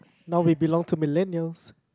now we belong to millenials